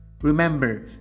Remember